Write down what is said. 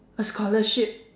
a scholarship